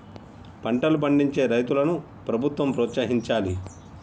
పంటలు పండించే రైతులను ప్రభుత్వం ప్రోత్సహించాలి